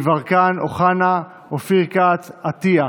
גדי יברקן, אמיר אוחנה, אופיר כץ, חוה אתי עטייה,